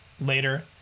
later